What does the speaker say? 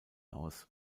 aus